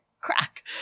crack